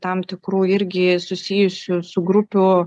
tam tikrų irgi susijusių su grupių